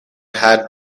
had